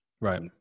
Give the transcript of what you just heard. right